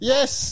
Yes